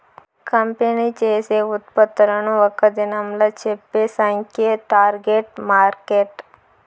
company చేసే ఉత్పత్తులను ఒక్క దినంలా చెప్పే సంఖ్యే టార్గెట్ మార్కెట్